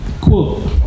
Quote